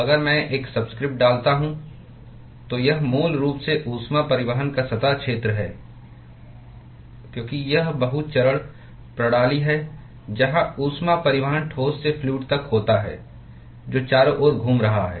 तो अगर मैं एक सबस्क्रिप्ट डालता हूं तो यह मूल रूप से ऊष्मा परिवहन का सतह क्षेत्र है क्योंकि यह बहु चरण प्रणाली है जहां ऊष्मा परिवहन ठोस से फ्लूअड तक होता है जो चारों ओर घूम रहा है